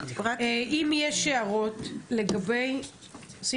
אם עובד כלשהו עובד במתחם מירון אבל לא בקבר רבי שמעון בר יוחאי,